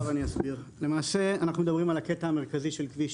אנחנו מדברים על הקטע המרכזי של כביש